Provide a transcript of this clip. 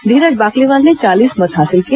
धीरज बाकलीवाल ने चालीस मत हासिल किए